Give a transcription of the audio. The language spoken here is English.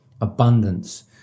abundance